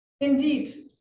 Indeed